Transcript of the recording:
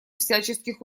всяческих